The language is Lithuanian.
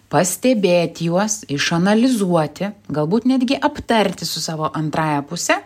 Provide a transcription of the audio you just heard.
pastebėti juos išanalizuoti galbūt netgi aptarti su savo antrąja puse